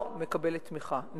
לא מקבלת תמיכה.